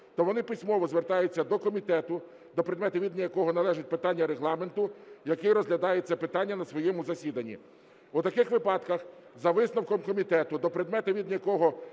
то вони письмово звертаються до комітету, до предмету відання якого належить питання Регламенту, який розглядає це питання на своєму засіданні. У таких випадках за висновком комітету, до предмету відання якого